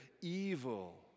evil